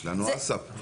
יש לנו הס"פ.